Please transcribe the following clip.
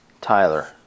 Tyler